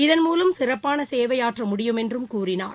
இதன்மூலம் சிறப்பான சேவை ஆற்ற முடியும் என்றும் கூறினார்